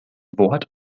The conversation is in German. wort